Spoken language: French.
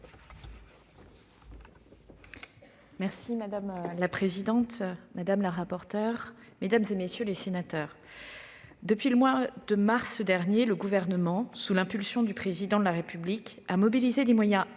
Madame la présidente, madame la rapporteure, mesdames, messieurs les sénateurs, depuis le mois de mars dernier, le Gouvernement, sous l'impulsion du Président de la République, mobilise des moyens exceptionnels